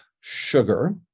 sugar